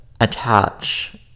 attach